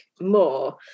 more